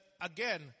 again